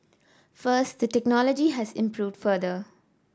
first the technology has improved further